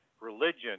religion